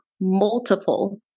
multiple